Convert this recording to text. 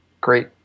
great